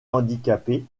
handicapé